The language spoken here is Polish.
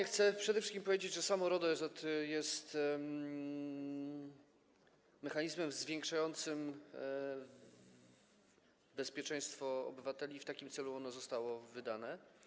Chcę przede wszystkim powiedzieć, że samo RODO jest mechanizmem zwiększającym bezpieczeństwo obywateli i w takim celu zostało ono wydane.